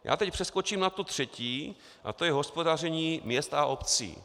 Já teď přeskočím na to třetí a to je hospodaření měst a obcí.